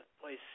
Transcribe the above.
place